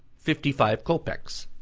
fifty five copecks.